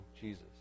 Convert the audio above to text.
Jesus